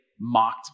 mocked